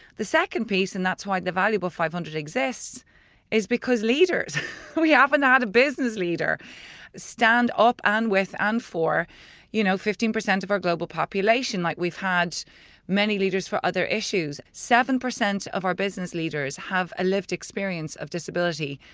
the second piece and that's why the valuable five hundred exists is because leaders we haven't had a business leader stand up and with and for you know fifteen percent of our global population, like we've had many leaders for other issues. seven percent of our business leaders have a lived experience of disability,